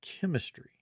Chemistry